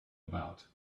about